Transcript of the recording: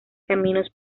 caminos